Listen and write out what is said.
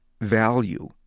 value